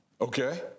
Okay